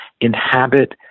inhabit